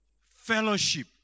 fellowship